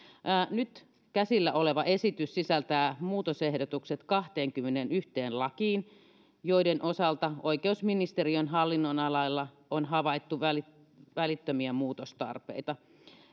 nyt käsillä oleva esitys sisältää muutosehdotukset kahteenkymmeneenyhteen lakiin joiden osalta oikeusministeriön hallinnonalalla on havaittu välittömiä välittömiä muutostarpeita